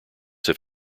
have